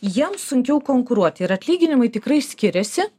jiems sunkiau konkuruoti ir atlyginimai tikrai skiriasi